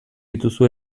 dituzu